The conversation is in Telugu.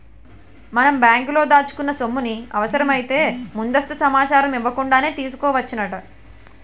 మనం బ్యాంకులో దాచుకున్న సొమ్ముని అవసరమైతే ముందస్తు సమాచారం ఇవ్వకుండానే తీసుకోవచ్చునట